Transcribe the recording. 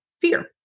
fear